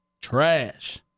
Trash